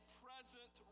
present